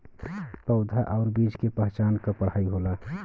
पउधा आउर बीज के पहचान क पढ़ाई होला